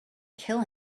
kill